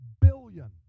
billion